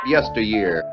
Yesteryear